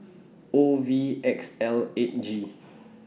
O V X L eight G